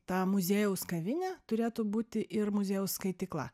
ta muziejaus kavinė turėtų būti ir muziejaus skaitykla